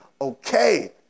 Okay